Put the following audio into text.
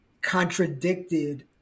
contradicted